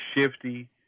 shifty